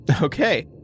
Okay